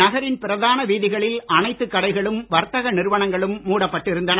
நகரின் பிரதான வீதிகளில் அனைத்து கடைகளும் வர்த்தக நிறுவனங்களும் மூடப்பட்டிருந்தன